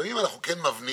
שבישראל נחשב מהגבוהים.